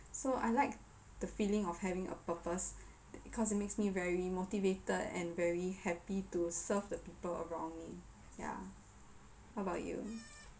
so I like the feeling of having a purpose cause it makes me very motivated and very happy to serve the people around me yeah what about you